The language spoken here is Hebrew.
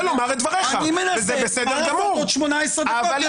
תראה, יש עוד 18 דקות מליאה.